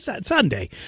sunday